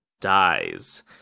dies